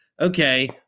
Okay